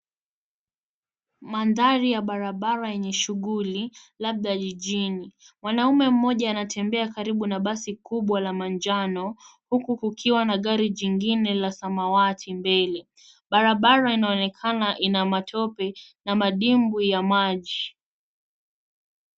Mandhari ya barabara yenye shughuli labda jijini. Mwanaume mmoja anatembea karibu na basi kubwa la manjano uku kukiwa na gari jingine la samawati mbele. Barabara inaonekana ina matope na madibwi ya maji.